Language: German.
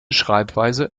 schreibweise